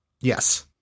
Yes